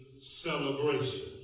celebration